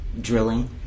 drilling